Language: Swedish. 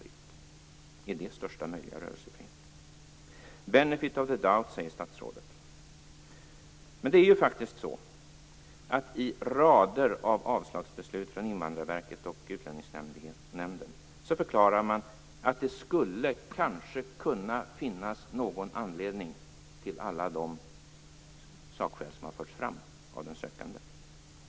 Är det största möjliga rörelsefrihet? The benefit of the doubt, säger statsrådet. Men det är ju faktiskt så att i rader av beslut om avslag från Invandrarverket och Utlänningsnämnden förklarar man att det kanske skulle kunna finnas någon anledning till alla de sakskäl som har förts fram av den sökande.